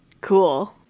Cool